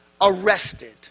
arrested